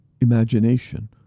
imagination